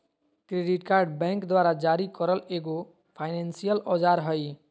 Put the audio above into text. credit card bank द्वारा जारी करल एगो फायनेंसियल औजार हइ